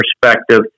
perspective